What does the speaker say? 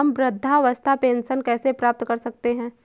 हम वृद्धावस्था पेंशन कैसे प्राप्त कर सकते हैं?